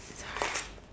sorry